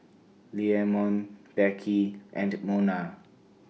Leamon Beckie and Mona